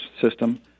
system